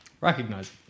recognize